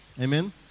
Amen